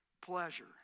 pleasure